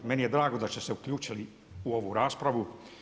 Meni je drago da ste se uključili u ovu raspravu.